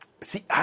See